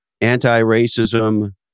anti-racism